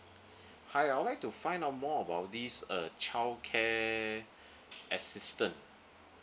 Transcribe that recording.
hi I would like to find out more about this uh childcare assistance